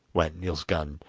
went niels' gun,